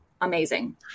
amazing